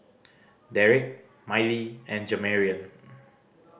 Derrek Mylie and Jamarion